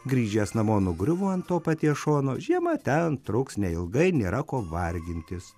grįžęs namo nugriuvo ant to paties šono žiema ten truks neilgai nėra ko vargintis